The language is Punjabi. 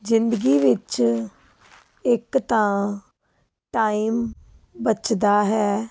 ਜ਼ਿੰਦਗੀ ਵਿੱਚ ਇੱਕ ਤਾਂ ਟਾਈਮ ਬਚਦਾ ਹੈ